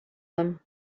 them